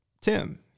Tim